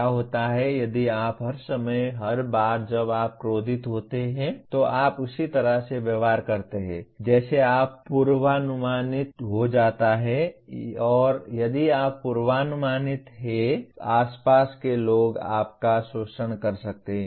क्या होता है यदि आप हर समय हर बार जब आप क्रोधित होते हैं तो आप उसी तरह से व्यवहार करते हैं जैसे आप पूर्वानुमानित हो जाते हैं और यदि आप पूर्वानुमानित हैं तो लोग आपके आस पास के लोग आपका शोषण कर सकते हैं